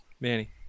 Manny